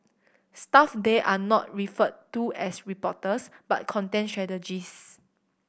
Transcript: staff there are not referred to as reporters but content strategist